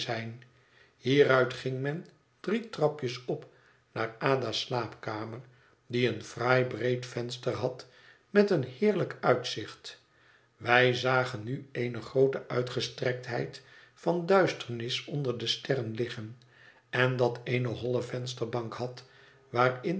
ging men drie trapjes op naar ada's slaapkamer die een fraai breed venster had met een heerlijk uitzicht wij zagen nu eene groote uitgestrektheid van duisternis onder de sterren liggen en dat eene holle vensterbank had